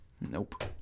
Nope